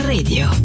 Radio